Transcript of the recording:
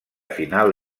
final